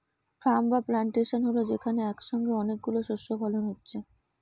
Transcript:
farm বা plantation হল যেখানে একসাথে অনেক গুলো শস্য ফলন হচ্ছে